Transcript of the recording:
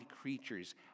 creatures